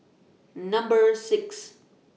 Number six